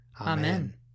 Amen